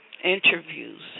Interviews